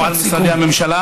או על שרי הממשלה.